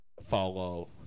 follow